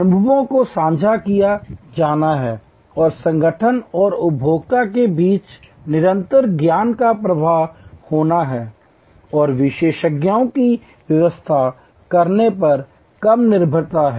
अनुभवों को साझा किया जाना है और संगठन और उपभोक्ता के बीच निरंतर ज्ञान का प्रवाह होना है और विशेषज्ञों की व्याख्या करने पर कम निर्भरता है